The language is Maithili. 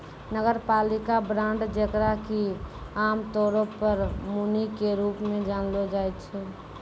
नगरपालिका बांड जेकरा कि आमतौरो पे मुनि के रूप मे जानलो जाय छै